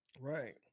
Right